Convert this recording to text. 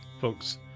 folks